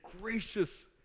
gracious